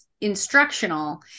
instructional